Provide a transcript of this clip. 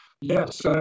Yes